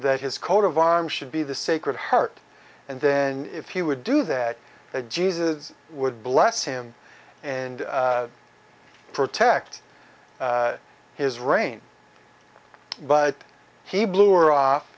that his coat of arms should be the sacred heart and then if he would do that jesus would bless him and protect his reign but he blew or off